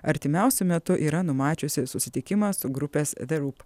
artimiausiu metu yra numačiusi susitikimą su grupės the roop